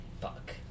Fuck